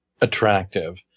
attractive